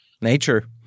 Nature